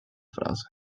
frase